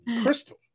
Crystal